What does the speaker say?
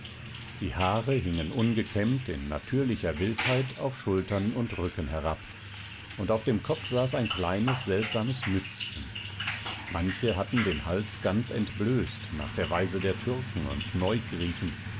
die haare hingen ungekämmt in natürlicher wildheit auf schultern und rücken herab und auf dem kopf saß ein kleines seltsames mützchen manche hatten den hals ganz entblößt nach der weise der türken und